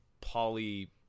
poly